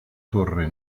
torre